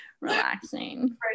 relaxing